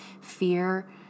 fear